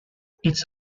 its